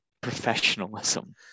professionalism